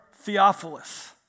Theophilus